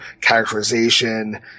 characterization